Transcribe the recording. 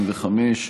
125),